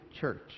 church